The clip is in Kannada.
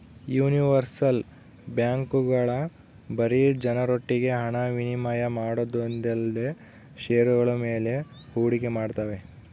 ಯೂನಿವರ್ಸಲ್ ಬ್ಯಾಂಕ್ಗಳು ಬರೀ ಜನರೊಟ್ಟಿಗೆ ಹಣ ವಿನಿಮಯ ಮಾಡೋದೊಂದೇಲ್ದೆ ಷೇರುಗಳ ಮೇಲೆ ಹೂಡಿಕೆ ಮಾಡ್ತಾವೆ